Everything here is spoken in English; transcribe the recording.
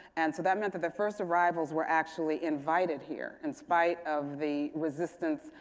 and so that meant that the first arrivals were actually invited here in spite of the resistance,